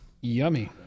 Yummy